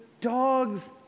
dog's